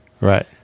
Right